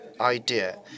idea